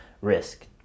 risk